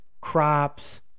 crops